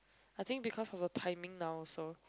I think because of the timing now also